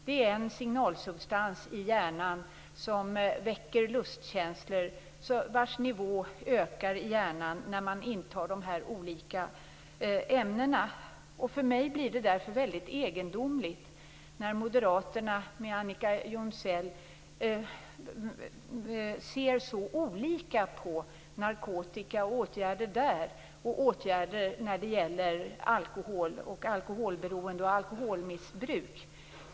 Det är en signalsubstans i hjärnan som väcker lustkänslor och vars nivå ökar i hjärnan när man intar de här olika ämnena. För mig blir det därför väldigt egendomligt när Moderaterna, med Annika Jonsell, ser så olika på åtgärder mot narkotika och åtgärder när det gäller alkohol, alkoholberoende och alkoholmissbruk.